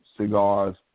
cigars